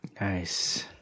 Nice